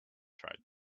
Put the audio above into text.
tried